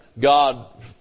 God